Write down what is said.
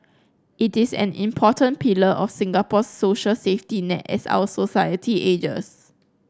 it is an important pillar of Singapore's social safety net as our society ages